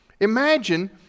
Imagine